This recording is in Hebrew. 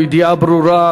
או ידיעה ברורה,